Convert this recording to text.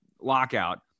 lockout